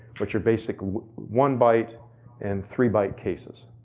which are basic one byte and three byte cases.